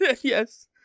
Yes